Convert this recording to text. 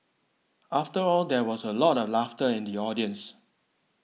after all there was a lot of laughter in the audience